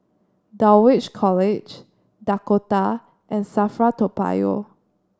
Dulwich College Dakota and Safra Toa Payoh